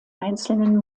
einzelnen